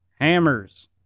Hammers